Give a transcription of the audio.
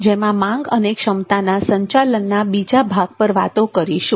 જેમાં માંગ અને ક્ષમતાના સંચાલનના બીજા ભાગ પર વાતો કરીશું